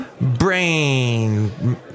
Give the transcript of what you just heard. brain